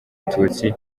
abatutsi